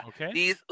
Okay